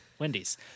Wendy's